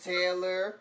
Taylor